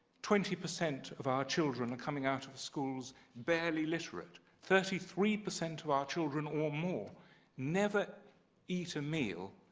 twenty percent of our children coming out of schools barely literate, thirty three percent of our children or more never eat a meal